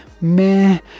meh